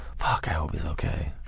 fuck, i hope okay.